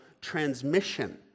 transmission